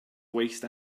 waste